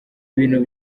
ibintu